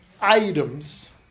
items